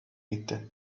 gitti